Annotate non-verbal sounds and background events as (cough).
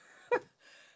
(laughs)